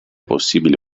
possibile